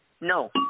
No